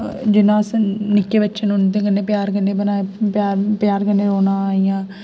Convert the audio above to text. जियां अस निक्के बच्चे ने उं'दे कन्नै प्यार कन्नै प्यार प्यार कन्नै रौह्ना इ'यां